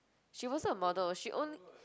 she wasn't a model she own